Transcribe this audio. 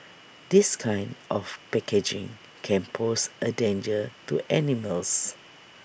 this kind of packaging can pose A danger to animals